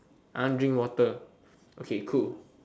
I want drink water okay cool